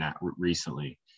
recently